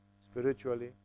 spiritually